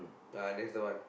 ah that's the one